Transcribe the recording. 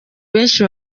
benshi